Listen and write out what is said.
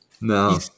No